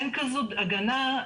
אין כזאת הגנה.